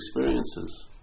experiences